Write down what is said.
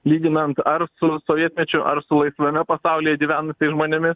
lyginant ar su sovietmečiu ar su laisvame pasaulyje gyvenusiais žmonėmis